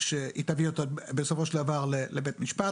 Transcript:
שהיא תביא אותו בסופו של דבר לבית המשפט.